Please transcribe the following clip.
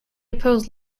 opposed